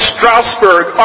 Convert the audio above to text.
Strasbourg